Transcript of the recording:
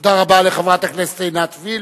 תודה רבה לחברת הכנסת עינת וילף.